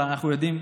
אבל אנחנו יודעים,